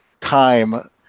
time